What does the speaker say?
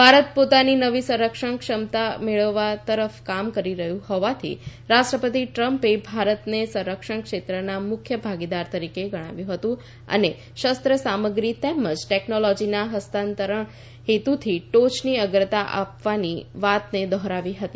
ભારત પોતાની નવી સંરક્ષણ ક્ષમતા મેળવવા તરફ કામ કરી રહ્યું હોવાથી રાષ્ટ્રપતિ ટ્રમ્પે ભારતને સંરક્ષણ ક્ષેત્રના મુખ્ય ભાગીદાર તરીકે ગણાવ્યું હતું અને શસ્ત્ર સામગ્રી તેમજ ટેકનોલોજીના ફસ્તાંતરણના હેતુથી ટોચની અગ્રતા આપવાની વાતને દોફરાવી હતી